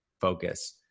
focus